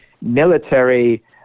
military